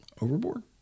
Overboard